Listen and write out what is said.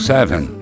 Seven